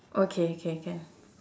okay okay can